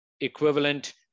equivalent